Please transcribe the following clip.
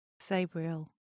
sabriel